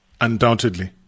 Undoubtedly